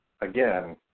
again